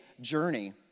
journey